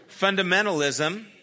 Fundamentalism